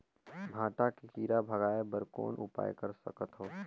भांटा के कीरा भगाय बर कौन उपाय कर सकथव?